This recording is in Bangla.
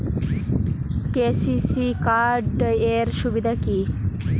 কে.সি.সি কার্ড এর সুবিধা কি?